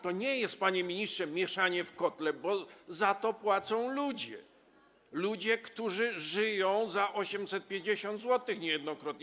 To nie jest, panie ministrze, mieszanie w kotle, bo za to płacą ludzie, ludzie, którzy żyją za 850 zł niejednokrotnie.